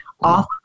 off